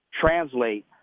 translate